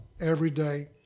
everyday